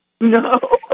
No